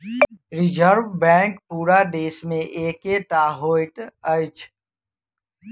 reserve Bank पूरा देश मे एकै टा होइत अछि